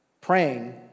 praying